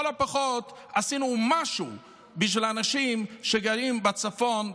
הפחות עשינו משהו בשביל האנשים שגרים בצפון,